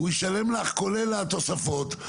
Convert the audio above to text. הוא ישלם לך כולל התוספות,